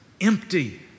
empty